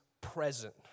present